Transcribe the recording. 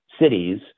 cities